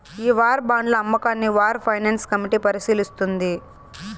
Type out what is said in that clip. ఈ వార్ బాండ్ల అమ్మకాన్ని వార్ ఫైనాన్స్ కమిటీ పరిశీలిస్తుంది